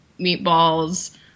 meatballs